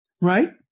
Right